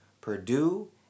Purdue